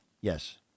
yes